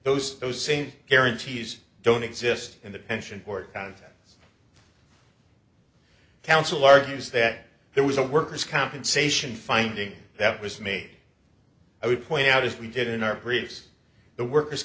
those those same guarantees don't exist in the pension port council argues that there was a worker's compensation finding that was made i would point out as we did in our previous the workers